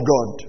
God